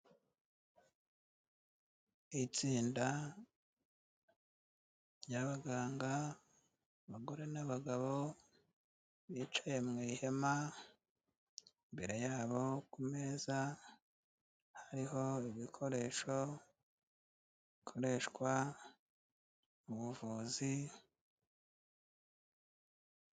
Itsinda ry'abaganga abagore n'abagabo bicaye mu ihema, imbere yabo ku meza hariho ibikoresho bikoreshwa mu buvuzi,